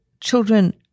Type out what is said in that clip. Children